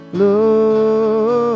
love